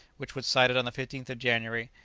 which was sighted on the fifteenth of january,